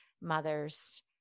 mothers